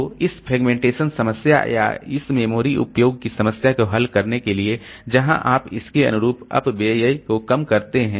तो इस फ्रेगमेंटेशन समस्या या इस मेमोरी उपयोग की समस्या को हल करने के लिए जहां आप इसके अनुरूप अपव्यय को कम करते हैं